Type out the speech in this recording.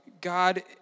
God